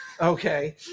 Okay